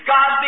God